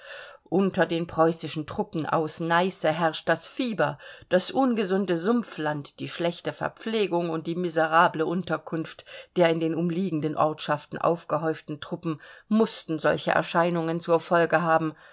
unter den preußischen truppen aus neiße herrscht das fieber das ungesunde sumpfland die schlechte verpflegung und die miserable unterkunft der in den umliegenden ortschaften aufgehäuften truppen mußten solche erscheinungen zur folge haben